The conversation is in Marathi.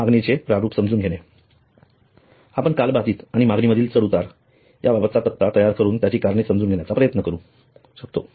मागणीचे प्रारूप समजून घेणे आपण कालबाधित आणि मागणीमधील चढ उतार या बाबतचा तक्ता तयार करून यांची कारणे समजून घेण्याचा प्रयत्न करू शकतो